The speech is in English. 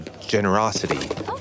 generosity